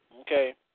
Okay